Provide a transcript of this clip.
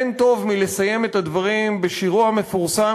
אין טוב מלסיים את הדברים בשירו המפורסם